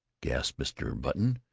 gasped mr. button,